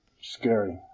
scary